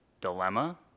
dilemma